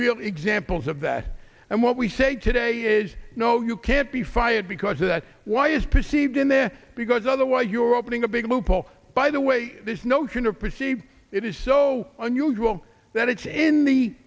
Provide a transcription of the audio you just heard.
real examples of that and what we say today is no you can't be fired because of that why is perceived in their because otherwise you're opening a big loophole by the way this notion of proceed it is so unusual that it's in the